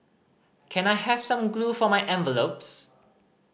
can I have some glue for my envelopes